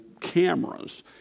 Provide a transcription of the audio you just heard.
cameras